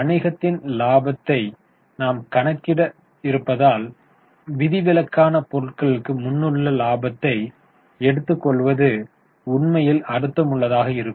வணிகத்தின் இலாபத்தை நாம் கணக்கிட இருப்பதால் விதிவிலக்கான பொருட்களுக்கு முன்னுள்ள லாபத்தை எடுத்து கொள்வது உண்மையில் அர்த்தமுள்ளதாக இருக்கும்